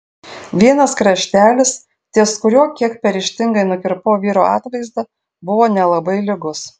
vienas kraštelis ties kuriuo kiek per ryžtingai nukirpau vyro atvaizdą buvo nelabai lygus